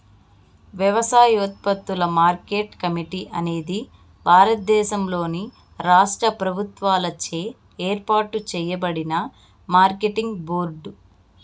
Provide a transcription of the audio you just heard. వ్యవసాయోత్పత్తుల market committee అనేది భారతదేశంలోని రాష్ట్ర ప్రభుత్వాలచే ఏర్పాటు చేయబడిన మార్కెటింగ్ బోర్డు